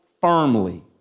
firmly